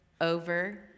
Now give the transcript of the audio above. over